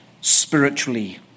spiritually